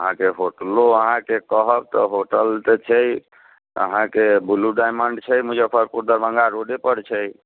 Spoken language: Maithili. अहाँकेँ होटलो अहाँकेँ कहब तऽ होटल तऽ छै अहाँकेँ ब्लू डायमंड छै मुजफ्फरपुर दरभङ्गा रोडे पर छै